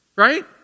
right